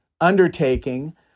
undertaking